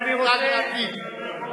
בלעדי החוק הזה לא היה עולה בכלל.